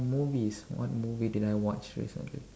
movies what movie did I watch recently